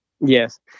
Yes